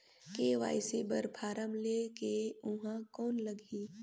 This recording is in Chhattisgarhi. के.वाई.सी बर फारम ले के ऊहां कौन लगही?